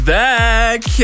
back